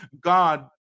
God